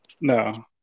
No